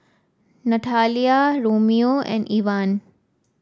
Nathalia Romeo and Evan